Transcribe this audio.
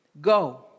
Go